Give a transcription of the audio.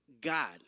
God